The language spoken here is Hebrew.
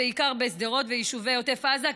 ובעיקר בשדרות וביישובי עוטף עזה,